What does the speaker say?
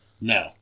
No